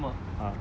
so ஆமா